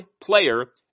player